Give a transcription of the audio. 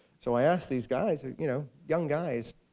so, i asked these guys you know young guys